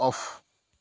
of